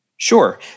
Sure